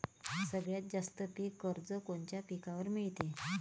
सगळ्यात जास्त पीक कर्ज कोनच्या पिकावर मिळते?